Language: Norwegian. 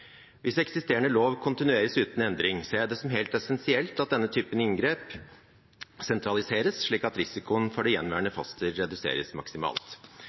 Hvis eksisterende lov kontinueres uten endring, ser jeg det som helt essensielt at denne typen inngrep sentraliseres, slik at risikoen for det gjenværende foster reduseres maksimalt.